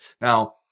Now